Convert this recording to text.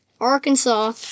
Arkansas